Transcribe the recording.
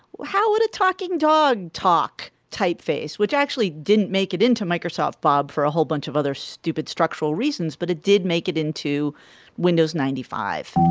how would a talking dog talk type face which actually didn't make it into microsoft. bob for a whole bunch of other stupid structural reasons. but it did make it into windows ninety five.